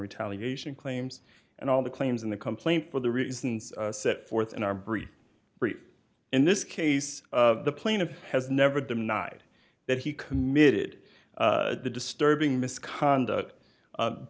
retaliation claims and all the claims in the complaint for the reasons set forth in our brief brief in this case the plaintiff has never denied that he committed the disturbing misconduct